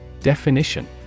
Definition